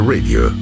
Radio